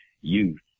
youth